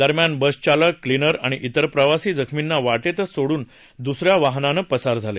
दरम्यान बस चालक क्लिनर आणि विर प्रवासी जखमींना वाटेतच सोडून दुसऱ्या वाहनाने पसार झाले